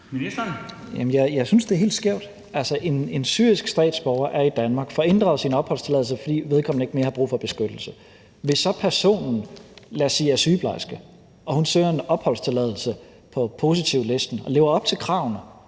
Jeg synes, det er helt skævt. En syrisk statsborger er i Danmark, får inddraget sin opholdstilladelse, fordi vedkommende ikke mere har brug for beskyttelse, og hvis personen, som vi kan sige er sygeplejerske, så søger en opholdstilladelse på positivlisten og lever op til kravene